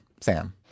Sam